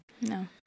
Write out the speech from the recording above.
No